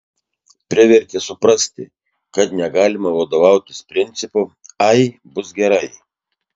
privertė suprasti kad negalima vadovautis principu ai bus gerai